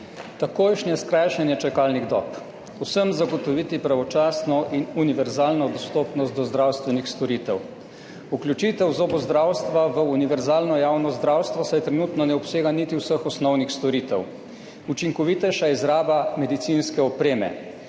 takojšnje skrajšanje čakalnih dob, vsem zagotoviti pravočasno in univerzalno dostopnost do zdravstvenih storitev, vključitev zobozdravstva v univerzalno javno zdravstvo, saj trenutno ne obsega niti vseh osnovnih storitev, učinkovitejša izraba medicinske opreme,